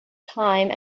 time